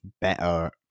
better